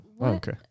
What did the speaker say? Okay